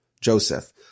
Joseph